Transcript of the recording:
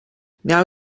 now